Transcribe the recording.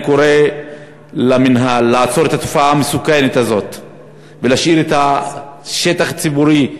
אני קורא למינהל לעצור את התופעה המסוכנת הזאת ולהשאיר את השטח הציבורי,